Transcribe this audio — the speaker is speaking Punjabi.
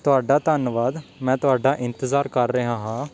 ਤੁਹਾਡਾ ਧੰਨਵਾਦ ਮੈਂ ਤੁਹਾਡਾ ਇੰਤਜ਼ਾਰ ਕਰ ਰਿਹਾ ਹਾਂ